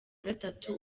gatatu